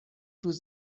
روز